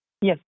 Yes